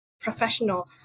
professional